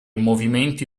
movimenti